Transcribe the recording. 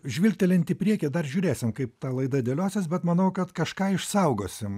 žvilgtelint į priekį dar žiūrėsim kaip ta laida dėliosis bet manau kad kažką išsaugosim